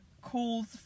calls